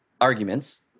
arguments